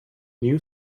new